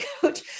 coach